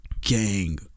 gang